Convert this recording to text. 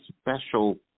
special